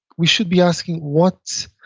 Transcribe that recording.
we should be asking what,